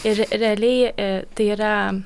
ir realiai tai yra